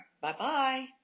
Bye-bye